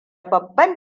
babban